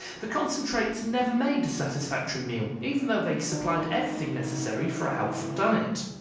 the concentrates never made a satisfactory meal, even though they supplied everything necessary for a healthful diet.